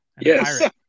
yes